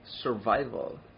survival